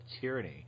tyranny